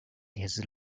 his